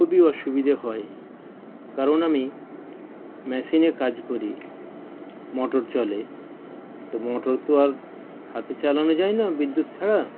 খুবই অসুবিধে হয় কারণ আমি মেশিনে কাজ করি মোটর চলে তো মোটর তো আর হাতে চালানো যায় না বিদ্যুৎ ছাড়া